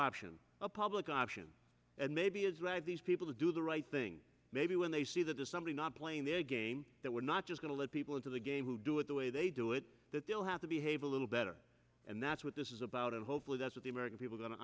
option a public option maybe is that these people to do the right thing maybe when they see that the somebody's not playing their game that we're not just going to let people into the game who do it the way they do it that they'll have to behave a little better and that's what this is about and hopefully that's what the american people going to